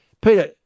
Peter